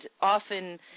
often